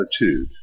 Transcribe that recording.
attitude